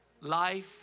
Life